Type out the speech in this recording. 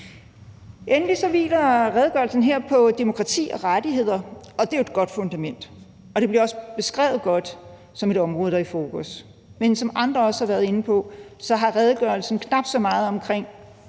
Endelig hviler redegørelsen her på demokrati og rettigheder. Det er jo et godt fundament, og det bliver også beskrevet godt som et område, der er i fokus. Men som andre også har været inde på, har redegørelsen knap så meget med omkring,